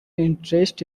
interest